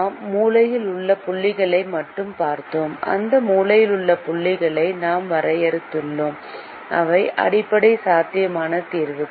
நாம் மூலையில் உள்ள புள்ளிகளை மட்டுமே பார்த்தோம் அந்த மூலையில் உள்ள புள்ளிகளை நாம் வரையறுத்துள்ளோம் அவை அடிப்படை சாத்தியமான தீர்வுகள்